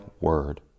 word